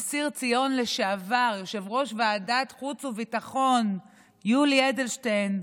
אסיר ציון לשעבר יושב-ראש ועדת חוץ וביטחון יולי אדלשטיין,